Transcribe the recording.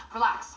Relax